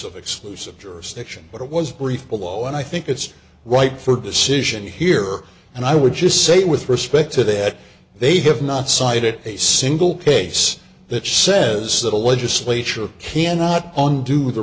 of exclusive jurisdiction but it was brief below and i think it's right for decision here and i would just say with respect to that they have not cited a single case that says that a legislature cannot undo